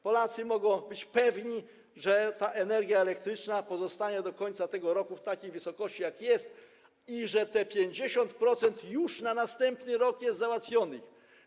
Polacy mogą być pewni, że cena energii elektrycznej pozostanie do końca tego roku w takiej wysokości, jak jest, i że te 50% już na następny rok jest załatwione.